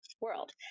world